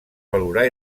valorar